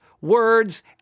words